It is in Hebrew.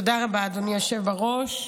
תודה רבה, אדוני היושב בראש.